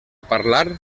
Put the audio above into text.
parlar